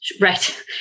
Right